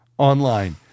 Online